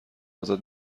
ازت